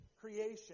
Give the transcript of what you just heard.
creation